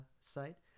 site